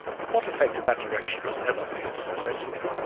but what effect in that direction was ever made successfully?